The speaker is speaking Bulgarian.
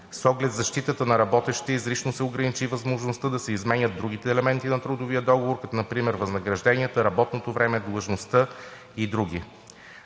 С оглед защитата на работещия изрично се ограничи възможността да се изменят другите елементи на трудовия договор, като например възнагражденията, работното време, длъжността и други.